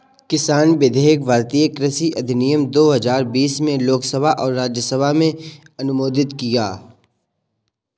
किसान विधेयक भारतीय कृषि अधिनियम दो हजार बीस में लोकसभा और राज्यसभा में अनुमोदित किया